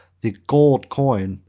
the gold coin,